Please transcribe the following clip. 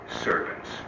servants